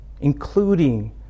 including